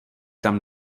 tam